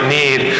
need